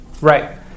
Right